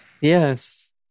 Yes